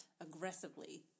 aggressively